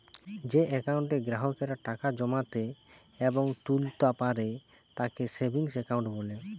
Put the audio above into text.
যেই একাউন্টে গ্রাহকেরা টাকা জমাতে এবং তুলতা পারে তাকে সেভিংস একাউন্ট বলে